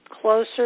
closer